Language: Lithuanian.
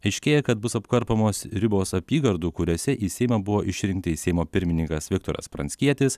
aiškėja kad bus apkarpomos ribos apygardų kuriose į seimą buvo išrinkti seimo pirmininkas viktoras pranckietis